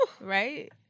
Right